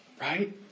Right